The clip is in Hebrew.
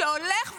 שהולך ויגדל.